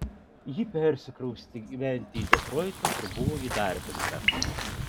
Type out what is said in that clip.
ji persikraustė gyventi į detroitą kur buvo įdarbinta